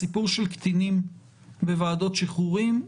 הסיפור של קטינים בוועדות שחרורים,